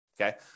okay